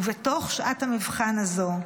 ובתוך שעת המבחן הזאת,